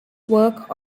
work